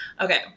Okay